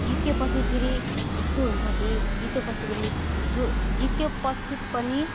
जिते पछि फेरि यस्तो हुन्छ कि जिते पछि पनि जो जिते पछि पनि